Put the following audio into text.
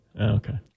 Okay